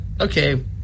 okay